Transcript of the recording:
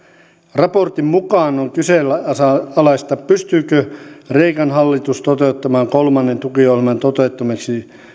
raportin mukaan on kyseenalaista pystyykö kreikan hallitus toteuttamaan kolmannen tukiohjelman toteuttamiseksi